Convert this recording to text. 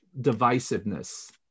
divisiveness